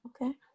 okay